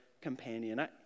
companion